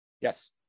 yes